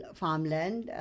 farmland